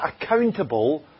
accountable